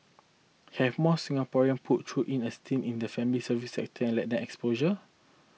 have more Singaporean put through in a stint in the family service sector let them exposure